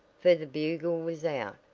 for the bugle was out,